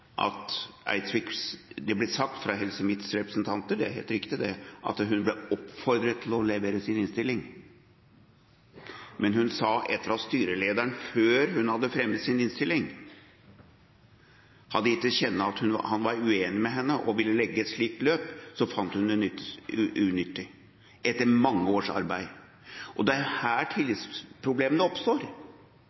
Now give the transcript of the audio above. det ble sagt fra Helse Midt-Norges representanter at hun ble oppfordret til å levere sin innstilling, men hun sa at styrelederen – før hun hadde fremmet sin innstilling – hadde gitt til kjenne at han var uenig med henne og ville legge et slikt løp, og at hun da fant det unyttig å gjøre det, etter mange års arbeid. Det er her tillitsproblemene oppstår.